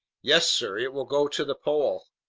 yes, sir, it will go to the pole.